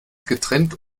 getrennt